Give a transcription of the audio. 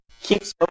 keeps